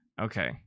Okay